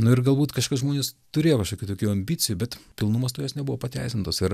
nu ir galbūt kažkokie žmonės turėjo kažkokių tokių ambicijų bet pilnumas tai jos nebuvo pateisintos ir